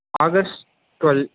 August twelve